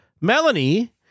Melanie